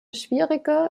schwierige